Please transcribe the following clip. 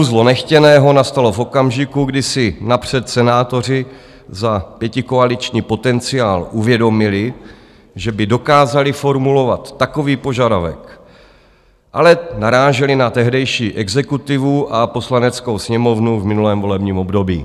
Kouzlo nechtěného nastalo v okamžiku, kdy si napřed senátoři za pětikoaliční potenciál uvědomili, že by dokázali formulovat takový požadavek, ale naráželi na tehdejší exekutivu a Poslaneckou sněmovnu v minulém volebním období.